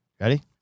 ready